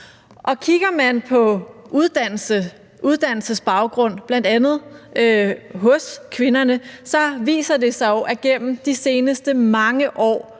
kigger man bl.a. på uddannelsesbaggrund hos kvinderne, viser det sig jo, at gennem de seneste mange år